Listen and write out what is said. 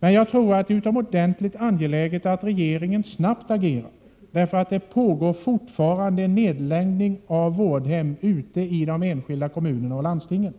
men jag tror att det är utomordentligt angeläget att regeringen snabbt agerar, eftersom det fortfarande pågår en nedläggning av vårdhem ute i de enskilda kommunerna och landstingen.